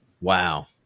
Wow